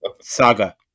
Saga